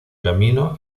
camino